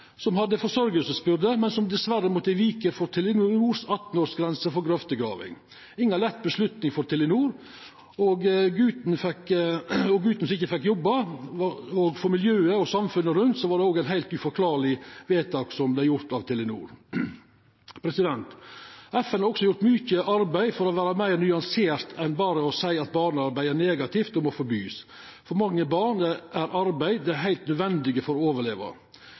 som hadde forsørgingsbyrde, men som dessverre måtte vika for Telenor si 18-årsgrense for grøftegraving. Det var inga lett avgjerd for Telenor, og at guten ikkje fekk jobba, var for miljøet og samfunnet rundt eit heilt uforklarleg vedtak av Telenor. FN har også gjort mykje arbeid for å vera meir nyansert enn berre å seia at barnearbeid er negativt og må verta forbode. For mange barn er arbeid heilt nødvendig for å overleva. Utfordringa er å vita når det er tilfellet, eller når det er